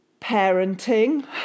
parenting